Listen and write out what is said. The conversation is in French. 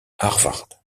harvard